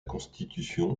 constitution